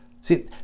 See